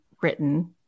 written